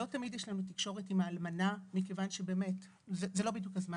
לא תמיד יש תקשורת עם האלמנה מכיוון שזה לא הזמן.